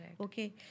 Okay